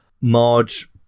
Marge